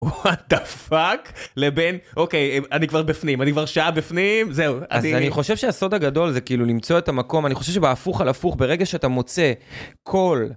WTF, לבין, אוקיי, אני כבר בפנים, אני כבר שעה בפנים, זהו. אז אני חושב שהסוד הגדול זה כאילו למצוא את המקום, אני חושב שבהפוך על הפוך, ברגע שאתה מוצא כל...